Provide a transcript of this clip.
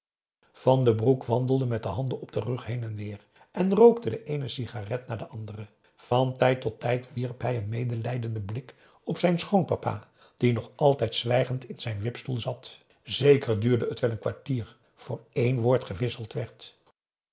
van den broek wandelde met de handen op den rug heen en weer en rookte de eene sigarette na de andere van tijd tot tijd wierp hij een medelijdenden blik op zijn p a daum hoe hij raad van indië werd onder ps maurits schoonpapa die nog altijd zwijgend in zijn wipstoel zat zeker duurde het wel een kwartier voor één woord gewisseld werd